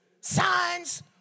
Signs